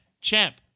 Champ